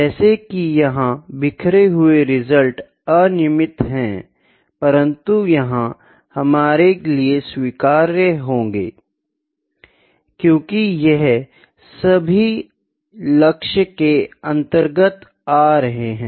जैसा की यह बिखरें हुए परिणाम अनियमित है परन्तु यह हमारे लिए स्वीकार्य होंगे क्योकि यह सभी लक्ष्य के अंतर्गत आ रहे है